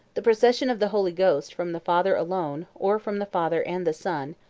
the procession of the holy ghost from the father alone, or from the father and the son,